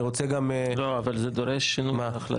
אני רוצה גם --- אבל זה דורש שינוי בהחלטה.